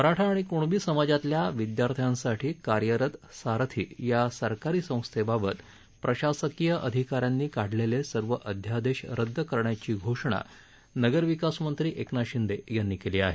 मराठा आणि क्णबी समाजातल्या विद्यार्थ्यांसाठी कार्यरत सारथी या सरकारी संस्थेबाबत प्रशासकीय अधिक यांनी काढलेले सर्व अध्यादेश रद्द करण्याची घोषणा नगरविकास मंत्री एकनाथ शिंदे यांनी केली आहे